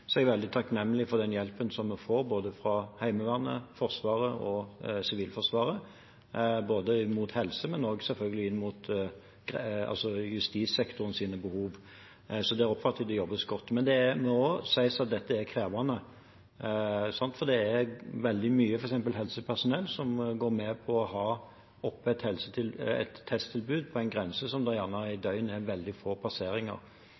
er jeg veldig takknemlig for den hjelpen vi får både fra Heimevernet, fra Forsvaret og fra Sivilforsvaret når det gjelder helse og selvfølgelig også justissektorens behov. Der oppfatter jeg at det jobbes godt. Men det må sies at dette er krevende, for det er veldig mye. For eksempel går helsepersonell med på å ha et testtilbud på en grense hvor det gjerne er veldig få passeringer